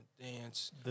dance